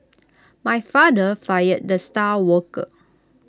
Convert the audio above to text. my father fired the star worker